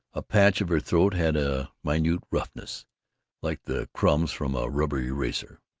a patch of her throat had a minute roughness like the crumbs from a rubber eraser.